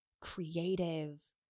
creative